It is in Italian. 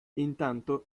intanto